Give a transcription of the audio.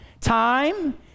time